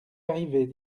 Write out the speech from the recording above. arrivés